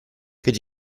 could